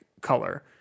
color